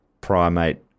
primate